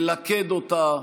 ללכד אותה,